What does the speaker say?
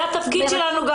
זה התפקיד שלנו,